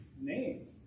name